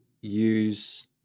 use